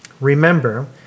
remember